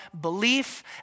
belief